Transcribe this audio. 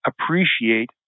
appreciate